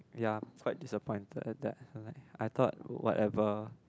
ya quite disappointed at that I am like I thought whatever